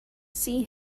see